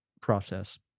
process